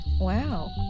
Wow